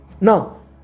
Now